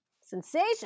Sensation